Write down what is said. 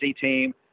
team